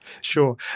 sure